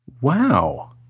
Wow